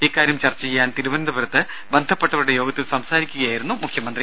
ഇക്കാര്യം ചർച്ച ചെയ്യാൻ തിരുവനന്തപുരത്ത് ബന്ധപ്പെട്ടവരുടെ യോഗത്തിൽ സംസാരിക്കുകയായിരുന്നു മുഖ്യമന്ത്രി